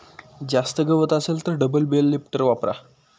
जास्त गवत असेल तर डबल बेल लिफ्टर वापरा